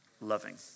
loving